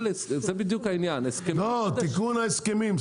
לא, סליחה תיקון ההסכמים.